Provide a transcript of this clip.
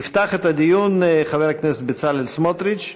יפתח את הדיון חבר הכנסת בצלאל סמוטריץ.